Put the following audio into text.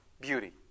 beauty